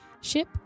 ship